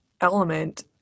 element